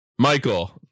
Michael